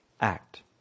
act